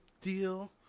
deal